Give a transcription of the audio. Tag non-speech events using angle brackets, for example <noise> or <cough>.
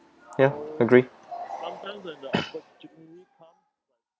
ya agree <noise>